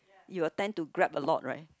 you are tend to grab a lot right